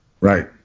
Right